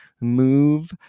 move